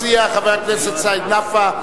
מציע חבר הכנסת סעיד נפאע,